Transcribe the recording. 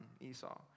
Esau